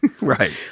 Right